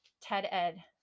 TED-Ed